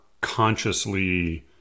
consciously